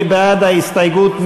מי בעד ההסתייגות?